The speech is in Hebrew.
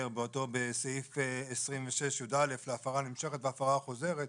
בסעיף 26יא להפרה נמשכת והפרה חוזרת,